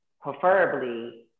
Preferably